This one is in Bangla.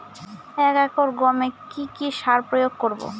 এক একর গমে কি কী সার প্রয়োগ করব?